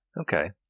Okay